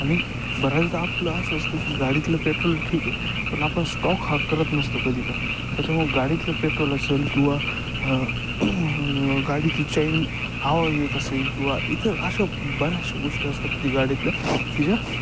आणि भरायला तर आपलं असं असतं की गाडीतलं पेट्रोल ठीक आहे पण आपण स्टॉक हा करत नसतो कधी पण त्याच्यामुळं गाडीतलं पेट्रोल असेल किंवा गाडीत चैन आवाज देत असेल किंवा इतर अशा बऱ्याचशा गोष्टी असतात की गाडीतल्या की ज्या